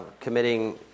committing